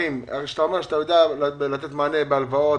אתה אומר שאתה יודע לתת מענה בהלוואות.